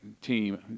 team